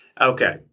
Okay